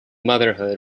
motherhood